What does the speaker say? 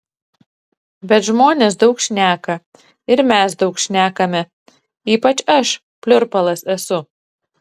bet žmonės daug šneka ir mes daug šnekame ypač aš pliurpalas esu